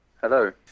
Hello